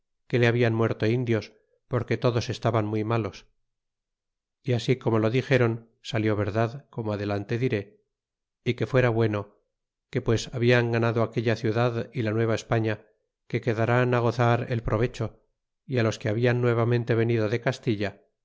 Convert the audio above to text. que le hablan muerto indios porque todos estaban muy malos y así como lo dixéron salió verdad como adelante diré y que fuera bueno que pues habian ganado aquella ciudad y la nueva espafia que quedarán á gozar el provecho y los que habian nuevamente venido de castilla